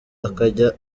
akajya